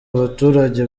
abaturage